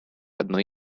одной